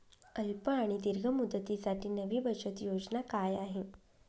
अल्प आणि दीर्घ मुदतीसाठी नवी बचत योजना काय आहे?